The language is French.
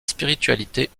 spiritualité